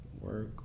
Work